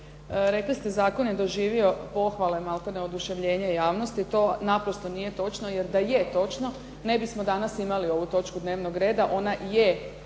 rekli ste zakon je doživio pohvale, malte ne oduševljenje javnosti. To naprosto nije točno, jer da je točno ne bismo danas imali ovu točku dnevnog reda. Ona je i